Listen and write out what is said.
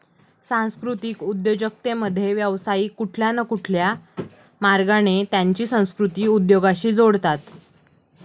सांस्कृतिक उद्योजकतेमध्ये, व्यावसायिक कुठल्या न कुठल्या मार्गाने त्यांची संस्कृती उद्योगाशी जोडतात